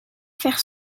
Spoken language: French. faire